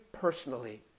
personally